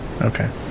Okay